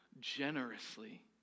generously